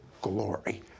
glory